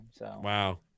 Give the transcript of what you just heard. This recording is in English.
Wow